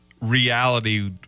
reality